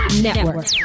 Network